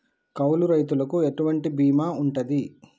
కౌలు రైతులకు ఎటువంటి బీమా ఉంటది?